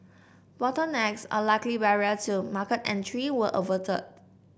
bottlenecks a likely barrier to market entry were averted